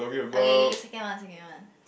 okay second one second one